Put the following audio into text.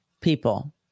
people